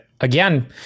again